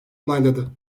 onayladı